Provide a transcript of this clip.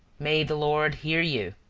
may the lord hear you!